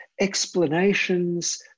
explanations